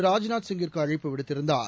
ராஜ்நாத்சிங்கிற்கு அழைப்பு விடுத்திருந்தார்